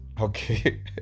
Okay